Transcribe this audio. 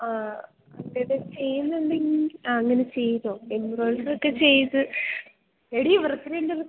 ആ അങ്ങനെ ചെയ്യുന്നുണ്ടെങ്കിൽ ആ അങ്ങനെ ചെയ്തോ എൻവോയിസ് ഒക്കെ ചെയ്ത് എടി വൃത്ത്